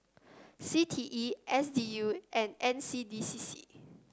C T E S D U and N C D C C